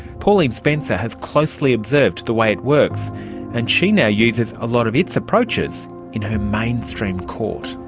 pauline spencer has closely observed the way it works and she now uses a lot of its approaches in her mainstream court.